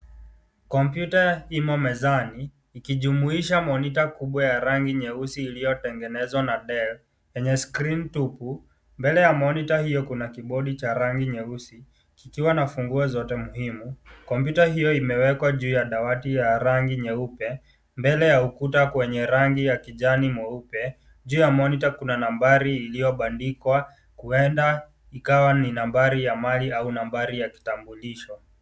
Kompyuta imo mezani ikijumuisha monita kubwa ya rangi nyeusi iliyotengenezwa na dell yenye skrini tupu. Mbele ya monita hio kuna kibodi cha rangi nyeusi, kikiwa na funguo muhimu. Kompyuta hio imewekwa juu ya dawati yenye rangi nyeupe. Mbele ya ukuta kwenye rangi ya kijani mweupe. Juu ya monita kuna nambari iliyobandikwa, huenda ikawa ni nambari ya mali au nambari ya kitambulisho.